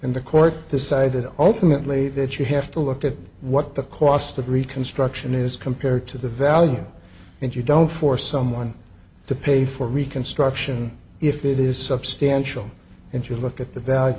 in the court decided alternately that you have to look at what the cost of reconstruction is compared to the value and you don't force someone to pay for reconstruction if it is substantial and you look at the